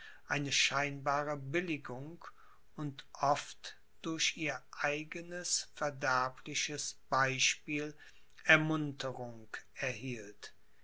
eine scheinbare billigung und oft durch ihr eigenes verderbliches beispiel ermunterung erhielt